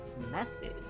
Message